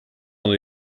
one